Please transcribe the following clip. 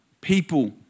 people